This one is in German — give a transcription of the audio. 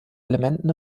elementen